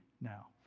now